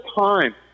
time